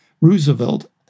Roosevelt